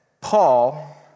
Paul